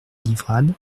livrade